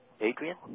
Adrian